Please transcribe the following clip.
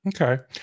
Okay